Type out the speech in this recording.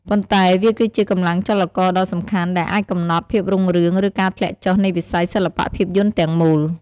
ប៉ុន្តែវាគឺជា កម្លាំងចលករដ៏សំខាន់ ដែលអាចកំណត់ ភាពរុងរឿង ឬការធ្លាក់ចុះ នៃវិស័យសិល្បៈភាពយន្តទាំងមូល។